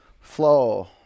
Flow